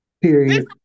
Period